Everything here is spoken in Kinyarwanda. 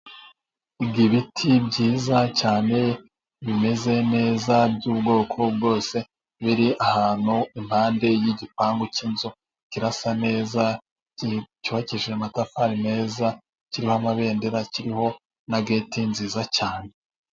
Ibiti byiza cyane bimeze neza by'ubwoko bwose, biri ahantu iruhande rw'igipangu cyiza kirasa neza, cyubakishije amatafari meza, kiriho amabendera kiriho na geti nziza cyane.